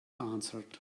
answered